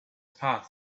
path